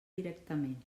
directament